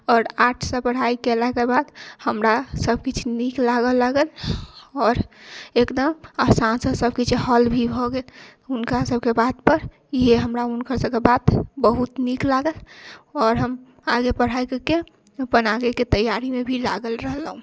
आओर आर्ट्ससँ पढ़ाइ कयलाके बाद हमरा सबकिछु नीक लागै लागल आओर एकदम आसानसँ सबकिछु हल भी भऽ गेल हुनका सबके बातपर ईहे हमरा हुनकर सबके बात बहुत नीक लागल आओर हम आगे पढ़ाइ कऽके अपन आगेके तैयारीमे भी लागल रहलहुँ